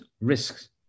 risks